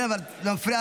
אבל זה מפריע,